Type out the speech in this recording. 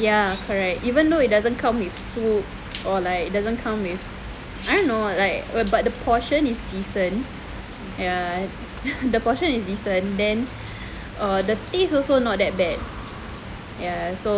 ya correct even though it doesn't come with soup or like doesn't come with I don't know like err but the portion is decent ya the portion is decent then err the taste also not that bad ya so